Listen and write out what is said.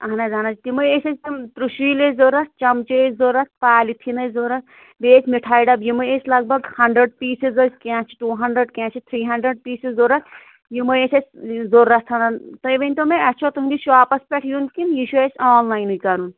اَہَن حظ اَہَن حظ تِمٕے ٲسۍ اَسہِ تِم تُرٛشیلۍ ٲسۍ ضروٗرت چمچہٕ ٲسۍ ضروٗرت پالِتھیٖن ٲسۍ ضروٗرت بیٚیہِ ٲسۍ مِٹھایہِ ڈَبہٕ یِمٕے ٲسۍ لگ بگ ہنٛڈرنٛڈ پیٖسِز ٲسۍ کیٚنٛہہ چھِ ٹوٗ ہنٛڈرنٛڈ کیٚنٛہہ چھِ تھرٛی ہنٛڈرنٛڈ پیٖسِز ضروٗرت یِمے ٲسۍ اَسہِ ضروٗرت تۄہہِ ؤنۍتو مےٚ اَسہِ چھا تُہٕنٛدِس شاپس پٮ۪ٹھ یُن کِنہٕ یہِ چھُ اَسہِ آن لایَنٕے کَرُن